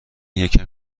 یکم